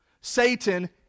Satan